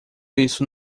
isso